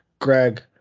Greg